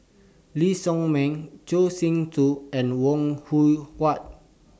Lee Shao Meng Choor Singh Do and Wong Hui Wah